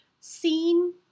seen